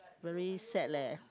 very sad leh